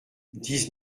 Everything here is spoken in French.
dix